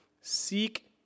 Seek